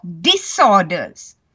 disorders